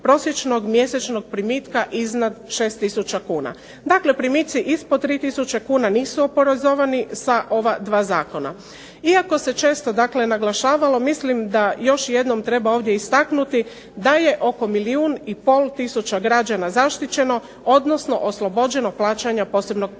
prosječnog mjesečnog primitka iznad 6 tisuća kuna. Dakle, primici ispod 3 tisuće kuna nisu oporezovani sa ova dva zakona. Iako se često naglašavalo mislim da još jednom ovdje treba istaknuti da je oko milijun i pol tisuća zaštićeno odnosno oslobođeno plaćanja posebnog poreza.